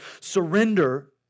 surrender